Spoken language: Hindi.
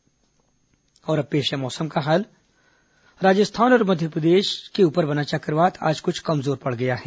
मौसम और अब पेश है मौसम का हाल राजस्थान और मध्यप्रदेश के ऊपर बना चक्रवात आज कुछ कमजोर पड़ गया है